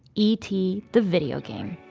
e t. the video game.